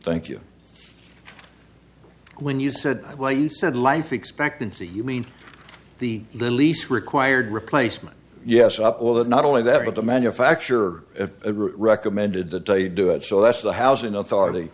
thank you when you said when he said life expectancy you mean the lease required replacement yes up all that not only that but the manufacturer recommended that they do it so that's the housing authority